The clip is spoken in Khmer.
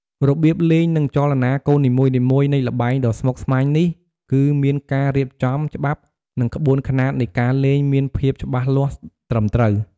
របៀបលេង និងចលនាកូននីមួយៗ នៃល្បែងដ៏ស្មុគស្មាញនេះគឺមានការរៀបចំ ច្បាប់និងក្បួនខ្នាតនៃការលេងមានភាពច្បាស់លាស់ត្រឹមត្រូវ។